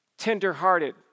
tenderhearted